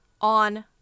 on